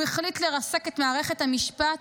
הוא החליט לרסק את מערכת המשפט,